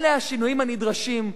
אלה השינויים הנדרשים.